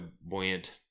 buoyant